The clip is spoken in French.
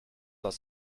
dans